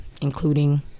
including